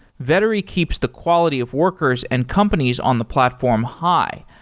vettery keeps the quality of workers and companies on the platform high,